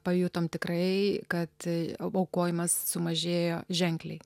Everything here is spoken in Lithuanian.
pajutom tikrai kad aukojimas sumažėjo ženkliai